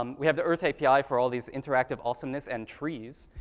um we have the earth api for all these interactive awesomeness and trees.